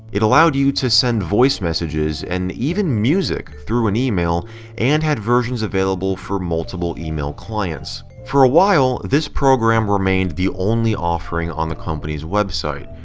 it allowed you to send voice messages and even music through an email and had versions available for multiple email clients. for a while, this program remained the only offering on the company's website,